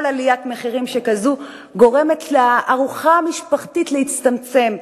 כל עליית מחירים שכזאת גורמת לארוחה המשפחתית להצטמצם,